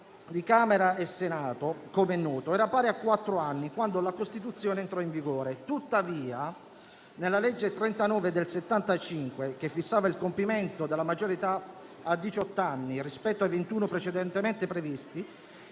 attivo di Camera e Senato, com'è noto, era pari a quattro anni, quando la Costituzione entrò in vigore. Tuttavia, nella legge n. 39 del 1975, che fissava il compimento della maggiore età a diciott'anni rispetto ai ventuno precedentemente previsti,